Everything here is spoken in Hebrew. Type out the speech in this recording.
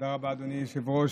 תודה רבה, אדוני היושב-ראש.